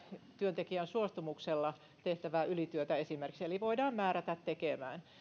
työntekijän suostumuksella tehtävää ylityötä eli voidaan määrätä tekemään